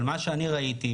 אבל מה שאני ראיתי,